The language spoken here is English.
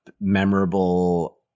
memorable